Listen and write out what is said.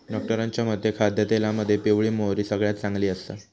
डॉक्टरांच्या मते खाद्यतेलामध्ये पिवळी मोहरी सगळ्यात चांगली आसा